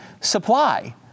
supply